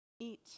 Eat